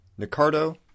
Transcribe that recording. Nicardo